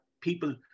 people